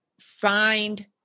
find